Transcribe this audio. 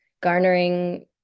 garnering